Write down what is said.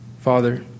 Father